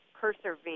persevere